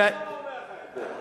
אתה יודע למה הוא אומר לך את זה?